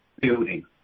building